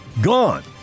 Gone